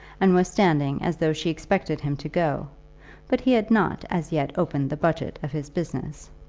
and was standing as though she expected him to go but he had not as yet opened the budget of his business.